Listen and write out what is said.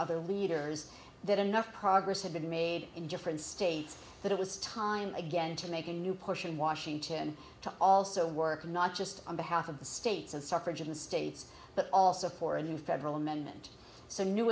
other leaders that enough progress had been made in different states that it was time again to make a new push in washington to also work not just on behalf of the states and suffrage in the states but also for a new federal amendment so new